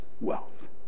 wealth